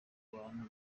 bantu